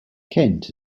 kent